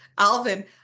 Alvin